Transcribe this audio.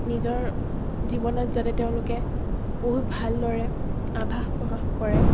নিজৰ জীৱনত যাতে তেওঁলোকে বহুত ভালদৰে আভাস প্ৰকাশ কৰে